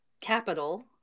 capital